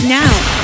now